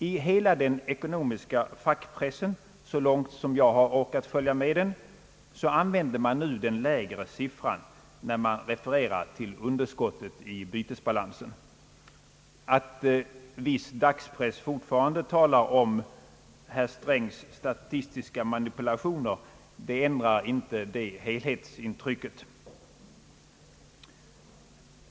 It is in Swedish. I hela den ekonomiska fackpressen, så långt som jag har orkat följa med den, använder man nu den lägre siffran, när man refererar till underskottet i bytesbalansen. Att viss dagspress fortfarande talar om herr Strängs statistiska manipulationer ändrar inte det helhetsintrycket.